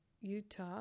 Utah